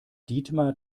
dietmar